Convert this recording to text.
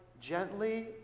gently